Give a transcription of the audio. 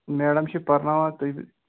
madam چھِ پَرناوان تُہۍ